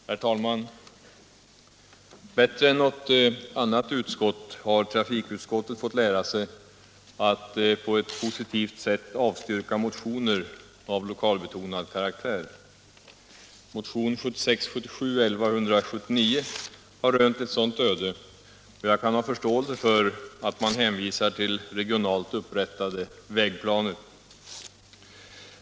Herr talman! Bättre än något annat utskott har trafikutskottet fått lära sig att på ett positivt sätt avstyrka motioner av lokalbetonad karaktär. Motionen 1976/77:1179 har rönt ett sådant öde, och jag kan ha förståelse för att man hänvisar till regionalt upprättade vägplaner.